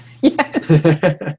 Yes